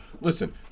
listen